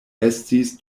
estis